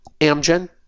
Amgen